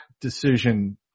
decision